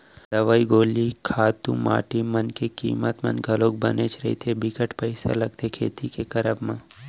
दवई गोली खातू माटी मन के कीमत मन घलौ बनेच रथें बिकट पइसा लगथे खेती के करब म